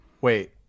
Wait